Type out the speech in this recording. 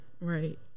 right